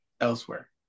elsewhere